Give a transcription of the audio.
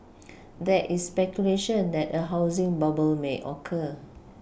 there is speculation that a housing bubble may occur